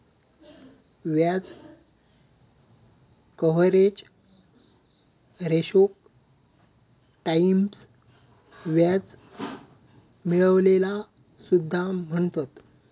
व्याज कव्हरेज रेशोक टाईम्स व्याज मिळविलेला सुद्धा म्हणतत